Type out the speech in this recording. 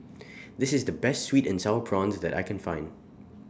This IS The Best Sweet and Sour Prawns that I Can Find